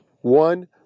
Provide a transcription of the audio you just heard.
One